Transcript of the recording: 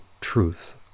truth